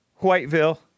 Whiteville